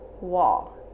wall